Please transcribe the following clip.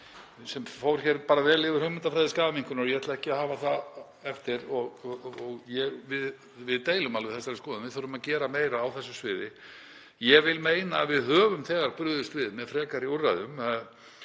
sem fór hér vel yfir hugmyndafræði skaðaminnkunar og ég ætla ekki að hafa það eftir. Við deilum alveg þeirri skoðun að við þurfum að gera meira á þessu sviði. Ég vil meina að við höfum þegar brugðist við með frekari úrræðum.